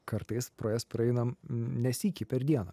kartais pro jas praeinam ne sykį per dieną